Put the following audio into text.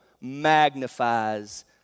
magnifies